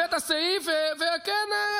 וכן,